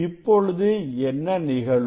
இப்பொழுது என்ன நிகழும்